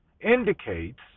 indicates